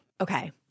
Okay